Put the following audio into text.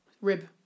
rib